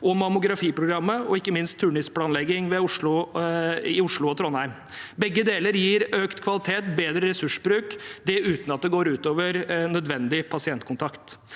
mammografiprogrammet, og ikke minst turnusplanlegging i Oslo og Trondheim. Begge deler gir økt kvalitet og bedre ressursbruk, uten at det går ut over nødvendig pasientkontakt.